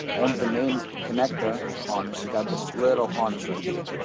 on the main connector harness, you got this little harness right here.